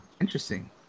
interesting